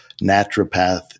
naturopath